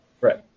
Right